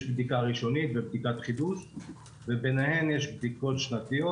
יש בדיקה ראשונית ובדיקת חידוש וביניהן יש בדיקות שנתיות